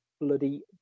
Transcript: bloody